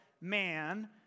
man